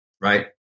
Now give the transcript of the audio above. right